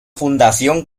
fundación